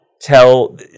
tell